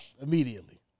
immediately